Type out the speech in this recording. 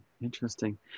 Interesting